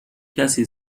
کسی